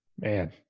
man